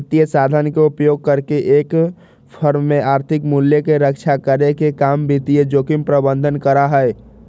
वित्तीय साधन के उपयोग करके एक फर्म में आर्थिक मूल्य के रक्षा करे के काम वित्तीय जोखिम प्रबंधन करा हई